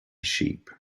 sheep